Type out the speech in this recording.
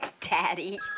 Daddy